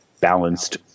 balanced